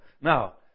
Now